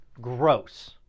gross